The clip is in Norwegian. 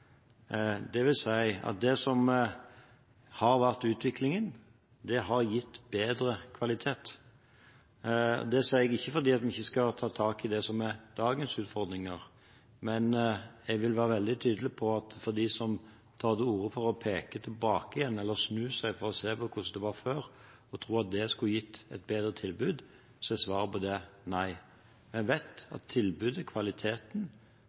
dvs. at det som har vært utviklingen, har gitt bedre kvalitet. Det sier jeg ikke fordi vi ikke skal ta tak i det som er dagens utfordringer, men jeg vil være veldig tydelig overfor dem som tar til orde for å peke tilbake igjen – eller snu seg – for å se på hvordan det var før, og som tror at det ville gitt et bedre tilbud, at svaret på det er nei. Vi vet at tilbudet, kvaliteten